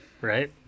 Right